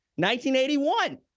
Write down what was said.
1981